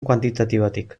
kuantitatibotik